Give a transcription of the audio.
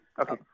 Okay